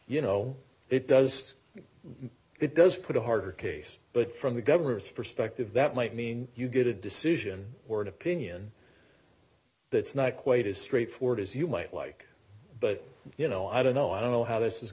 you know it does it does put a harder case but from the governor's perspective that might mean you get a decision or an opinion that's not quite as straightforward as you might like but you know i don't know i don't know how this